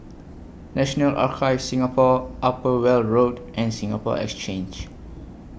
National Archives Singapore Upper Weld Road and Singapore Exchange